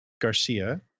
Garcia